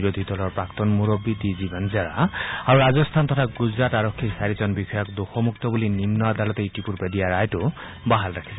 বিৰোধীৰ দলৰ প্ৰাক্তন মুৰববী ডি জি বনজাৰা আৰু ৰাজস্থান তথা গুজৰাট আৰক্ষীৰ চাৰিজন বিষয়াক দোষমুক্ত বুলি নিম্ন আদালতে ইতিপূৰ্বে দিয়া ৰায়টো বাহাল ৰাখিছে